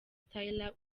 taylor